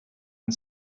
and